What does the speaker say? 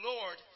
Lord